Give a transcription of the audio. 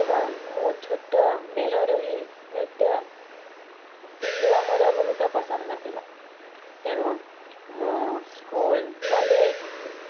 ଏବଂ ମୁଁ ଛୁଟ ବେଲରୁ ହିଁ ନୃତ୍ୟ ଶିଖିବା ମୋର ବହୁତ ପସନ୍ଦ ଥିଲା ତେଣୁ ମୁଁ ସ୍କୁଲ୍ କଲେଜ୍